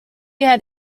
had